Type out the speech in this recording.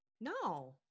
no